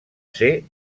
ser